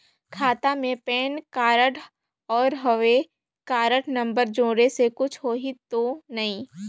खाता मे pan card और हव कारड नंबर जोड़े से कुछ होही तो नइ?